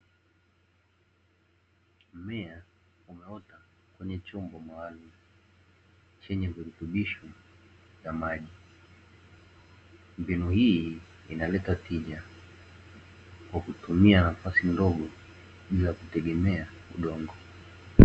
Mimea inaota kwenye chombo maalumu chenye virutubisho vya maji. Mbinu hii inaleta tija kwa kutumia nafasi ndogo bila kutegemea udongo.